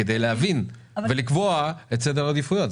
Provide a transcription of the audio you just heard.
כדי להבין ולקבוע את סדר העדיפויות,